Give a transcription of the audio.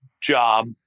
job